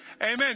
Amen